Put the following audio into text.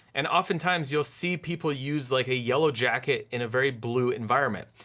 and oftentimes, you'll see people use like a yellow jacket in a very blue environment.